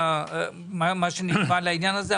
מה שנקבע לעניין הזה.